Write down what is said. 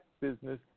business